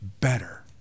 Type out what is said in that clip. better